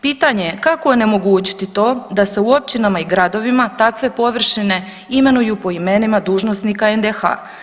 Pitanje je kako onemogućiti to da se u općinama i gradovima takve površine imenuju po imenima dužnosnika NDH.